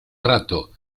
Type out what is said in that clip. rato